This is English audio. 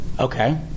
Okay